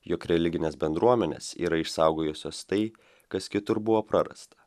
jog religinės bendruomenės yra išsaugojusios tai kas kitur buvo prarasta